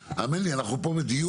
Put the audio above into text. האמן לי, אנחנו פה בדיון.